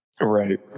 Right